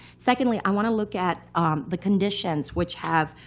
secondly, i want to look at the conditions which have,